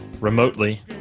remotely